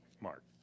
Mark